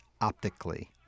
optically